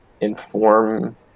Inform